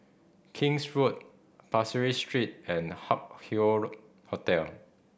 King's Road Pasir Ris Street and Hup Hoe road Hotel